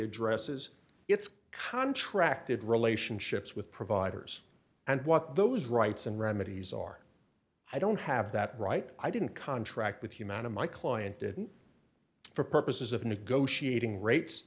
addresses its contracted relationships with providers and what those rights and remedies are i don't have that right i didn't contract with humana my client didn't for purposes of negotiating rates